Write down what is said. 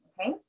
okay